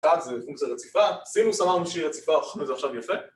קו זה פונקציה רציפה, סינוס אמרנו שהיא רציפה הוכיחו את זה עכשיו יפה